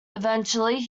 eventually